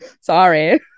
Sorry